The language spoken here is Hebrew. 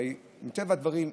הרי מטבע הדברים,